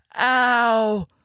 Ow